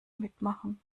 mitmachen